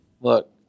Look